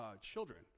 children